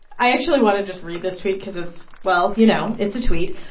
i actually want to just read this tweet because it's well, you know, it's a tweet.